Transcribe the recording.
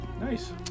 Nice